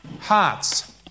hearts